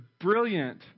brilliant